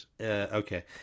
okay